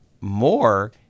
more